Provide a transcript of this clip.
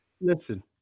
Listen